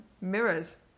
mirrors